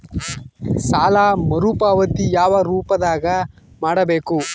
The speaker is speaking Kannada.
ಸಾಲ ಮರುಪಾವತಿ ಯಾವ ರೂಪದಾಗ ಮಾಡಬೇಕು?